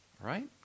Right